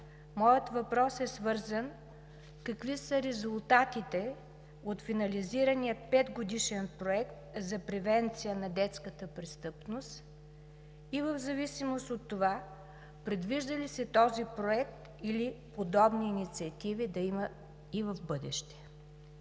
моят въпрос е: какви са резултатите от финализирания петгодишен проект за превенция на детската престъпност и в зависимост от това предвижда ли се този проект или подобни инициативи да има и в бъдеще?